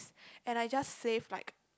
and I just save like